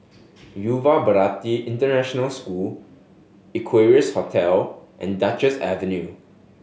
Yuva Bharati International School Equarius Hotel and Duchess Avenue